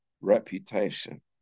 reputation